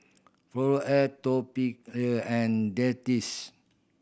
Floxia Atopiclair and Dentiste